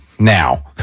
now